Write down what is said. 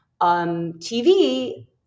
TV